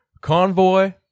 Convoy